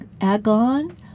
Agon